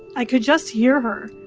i could just hear her.